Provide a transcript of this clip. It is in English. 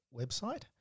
website